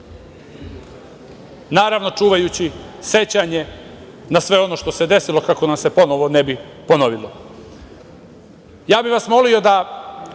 Naravno, čuvajući sećanje na sve ono što se desilo kako nam se ponovo ne bi ponovilo. Ja bih vas molio da,